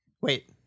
Wait